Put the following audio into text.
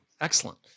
Excellent